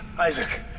Isaac